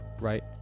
right